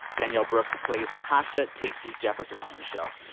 danielle brooks plays tasha taystee jefferson on the show,